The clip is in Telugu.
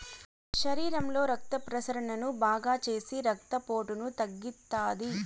శరీరంలో రక్త ప్రసరణను బాగాచేసి రక్తపోటును తగ్గిత్తాది